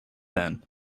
then